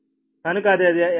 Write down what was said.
కనుక అది యదార్థంగా 2Zseq